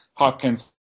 hopkins